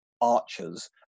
archers